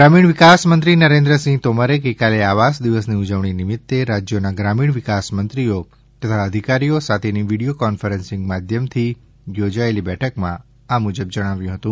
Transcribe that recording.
ગ્રામીણ વિકાસ મંત્રી નરેન્દ્રસિંહ તોમરે ગઇકાલે આવાસ દિવસની ઉજવણી નિમિત્ત રાજયોના ગ્રામીણ વિકાસ મંત્રીઓ તથા અધિકારીઓ સાથેની વિડીયો કોન્ફરન્સીંગ માધ્યમથી યોજાયેલી બેઠકમાં આ મુજબ જણાવ્યું હતું